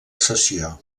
cessió